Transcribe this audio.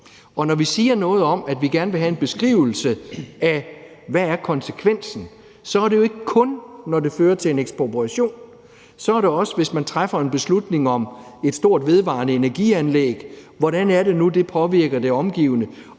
og når vi siger noget om, at vi gerne vil have en beskrivelse af, hvad konsekvensen er, er det jo ikke kun, når det fører til en ekspropriation. Så er det også, hvis man træffer en beslutning om et stort vedvarende energi-anlæg; hvordan det nu er, det påvirker det omgivende